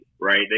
right